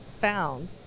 found